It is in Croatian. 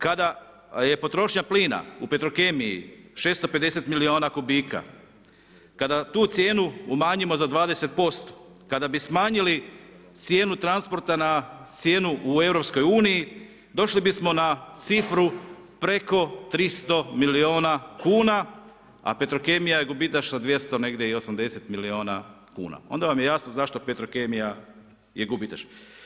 Kada je potrošnja plina u Petrokemiji 650 milijuna kubika, kada tu cijenu umanjimo za 20%, kada bi smanjili cijenu transporta na cijenu u EU-u, došli bismo na cifru preko 300 milijuna kuna a Petrokemija je gubitaš na negdje 280 milijuna kuna, onda vam je jasno zašto Petrokemija je gubitaš.